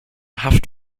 haft